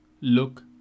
look